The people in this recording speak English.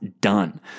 done